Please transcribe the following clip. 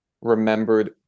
remembered